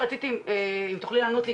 רציתי לשאול,